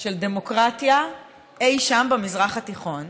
של דמוקרטיה אי-שם במזרח התיכון,